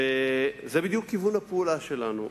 זה בדיוק כיוון הפעולה שלנו.